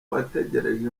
bategereje